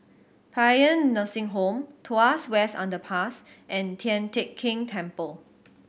Paean Nursing Home Tuas West Underpass and Tian Teck Keng Temple